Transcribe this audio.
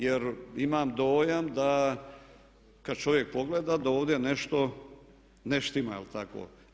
Jer imam dojam da kada čovjek pogleda da ovdje nešto ne štima je li tako?